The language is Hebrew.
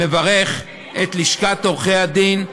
לברך את לשכת עורכי הדין,